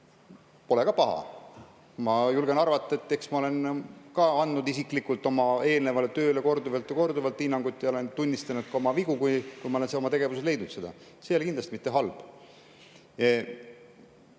pole ka paha. Ma julgen arvata, et ma olen isiklikult andnud oma eelnevale tööle korduvalt ja korduvalt hinnanguid ja olen tunnistanud ka oma vigu, kui ma olen neid oma tegevuses leidnud. See ei ole kindlasti mitte halb. Kui